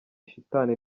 shitani